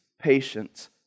patience